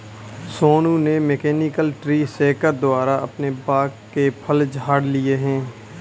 सोनू ने mechanical tree shaker द्वारा अपने बाग के फल झाड़ लिए है